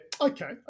okay